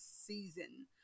season